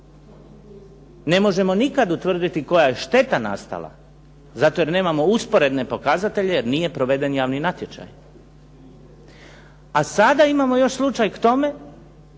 Ne možemo nikada utvrditi koja je šteta nastala, zato jer nemamo usporedne pokazatelje, jer nije proveden javni natječaj. A sada imamo još slučaj k tome,